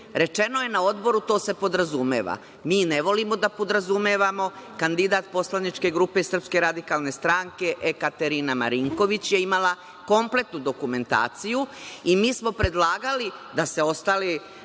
Srbije? Rečeno je na Odboru – to se podrazumeva. Mi ne volimo da podrazumevamo. Kandidat poslaničke grupe SRS Ekaterina Marinković je imala kompletnu dokumentaciju i mi smo predlagali da se ostale